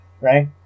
right